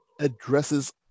addresses